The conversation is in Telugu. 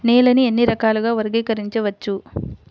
నేలని ఎన్ని రకాలుగా వర్గీకరించవచ్చు?